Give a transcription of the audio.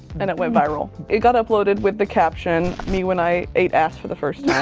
and it went viral. it got uploaded with the caption me when i ate ass for the first time.